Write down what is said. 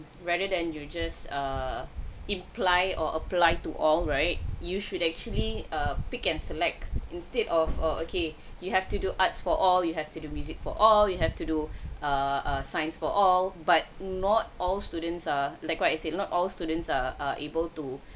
rather than you just err imply or apply to all right you should actually err pick and select instead of err okay you have to do arts for all you have to do music for all you have to do err err science for all but not all students are like what I said not all students are are able to